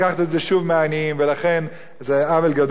ולכן זה עוול גדול שעושים את הדבר הזה.